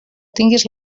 tingues